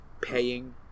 paying